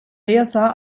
yasağa